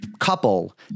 couple